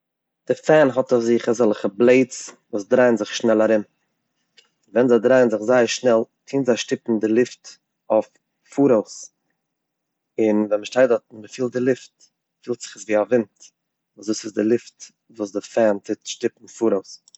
די פען האט אויף זיך אזעלכע בלעידס וואס דרייען זיך שנעל ארום, ווען זיי דרייען זיך זייער שנעל טוען זיי שטופן די לופט אויף פאראויס און ווען מען שטייט דארטן און מען פילט די לופט, פילט זיך עס ווי א ווינט, וואס דאס איז די לופט וואס די פען טוט שטופן פאראויס.